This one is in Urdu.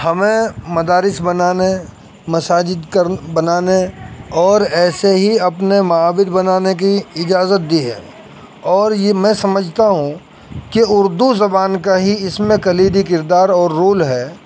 ہمیں مدارس بنانے مساجد کر بنانے اور ایسے ہی اپنے معابد بنانے کی اجازت دی ہے اور یہ میں سمجھتا ہوں کہ اردو زبان کا ہی اس میں کلیدی کردار اور رول ہے